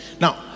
Now